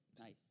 Nice